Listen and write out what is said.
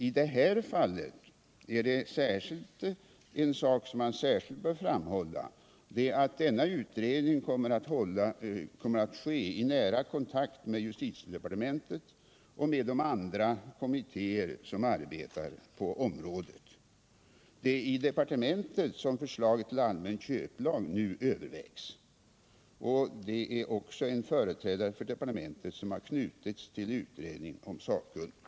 I det här fallet är det en sak som man särskilt bör framhålla, nämligen att denna utredning kommer att utföras i nära kontakt med justitiedepartementet och med de andra kommittéer som arbetar på området. Det är i departementet som förslaget till allmän köplag nu övervägs, och det är också en företrädare för departementet som har knutits till utredningen som sakkunnig.